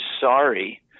Sorry